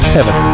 Heaven